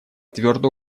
твердо